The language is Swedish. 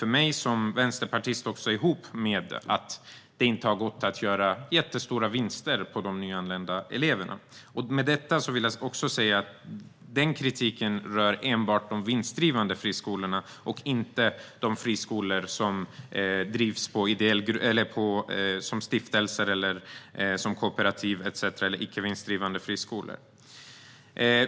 För mig som vänsterpartist hänger det också ihop med att man inte har kunnat göra jättestora vinster på de nyanlända eleverna. Med detta vill jag också säga att den kritiken enbart rör de vinstdrivande friskolorna, inte de friskolor som drivs som stiftelser, kooperativ eller i andra icke vinstdrivande former.